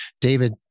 David